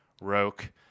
Roke